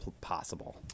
possible